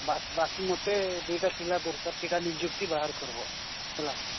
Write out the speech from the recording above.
ବାକି ମୋତେ ଦୁଇଟା ପିଲା ଦରକାର ସେଇଟା ନିଯୁକ୍ତି ବାହାର କରିବ ହେଲା